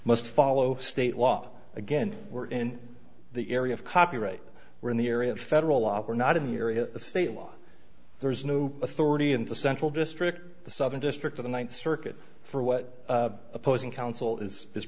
must follow state law again or in the area of copyright we're in the area of federal law we're not in the area of state law there is no authority in the central district the southern district of the ninth circuit for what opposing counsel is